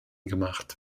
gemacht